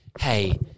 Hey